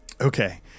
Okay